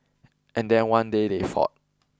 and then one day they fought